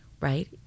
right